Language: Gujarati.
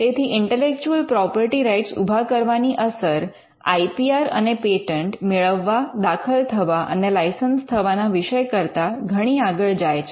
તેથી ઇન્ટેલેક્ચુઅલ પ્રોપર્ટી રાઇટ્સ ઉભા કરવાની અસર આઈ પી આર અને પેટન્ટ મેળવવા દાખલ થવા અને લાઇસન્સ થવાના વિષય કરતા ઘણી આગળ જાય છે